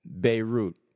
Beirut